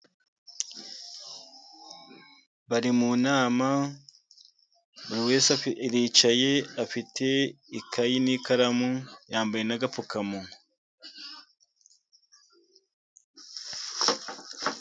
Bari mu n'ama buri wese aricaye afite ikayi n'ikaramu, yambaye n'agapfukamunwa.